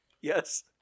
Yes